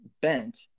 bent